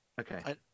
Okay